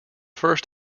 first